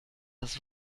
das